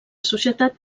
societat